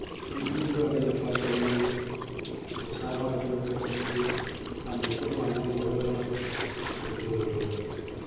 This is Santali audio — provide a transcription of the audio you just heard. ᱢᱤᱫ ᱫᱤᱱ ᱫᱚ ᱟᱹᱰᱤ ᱱᱟᱯᱟᱭ ᱪᱟᱹᱞᱩᱭᱮᱱᱟ ᱫᱚᱥᱟᱨ ᱦᱚᱸ ᱟᱹᱰᱤ ᱱᱟᱯᱟᱭ ᱪᱟᱹᱞᱩᱭᱮᱱᱟ ᱟᱨ ᱱᱤᱛᱚᱜ ᱢᱟ ᱮᱢᱚᱱ ᱜᱚᱨᱚᱢ ᱠᱟᱱᱟ ᱥᱮ ᱟᱹᱰᱤ ᱡᱳᱨ ᱜᱮ